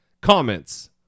comments